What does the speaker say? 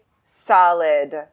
solid